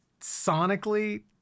sonically